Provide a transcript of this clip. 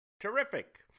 Terrific